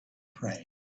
pray